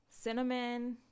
cinnamon